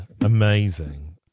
amazing